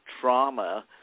trauma